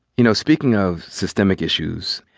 you know, speaking of systemic issues,